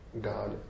God